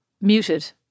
Muted